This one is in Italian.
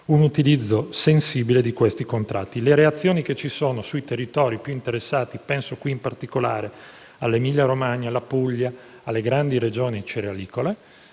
un utilizzo sensibile di questi contratti. Le reazioni che ci sono sui territori più interessati - penso all'Emilia-Romagna, alla Puglia, alle grandi Regioni cerealicole